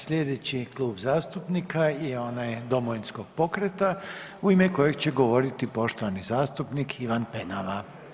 Sljedeći klub zastupnika je onaj Domovinskog pokreta u ime kojeg će govoriti poštovani zastupnik Ivan Penava.